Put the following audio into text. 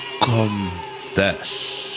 Confess